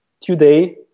today